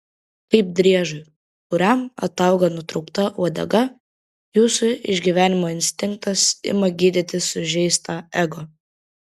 kaip driežui kuriam atauga nutraukta uodega jūsų išgyvenimo instinktas ima gydyti sužeistą ego